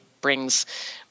brings